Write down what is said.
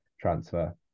transfer